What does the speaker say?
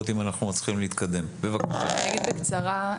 אומר בקצרה.